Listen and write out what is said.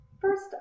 first